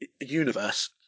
universe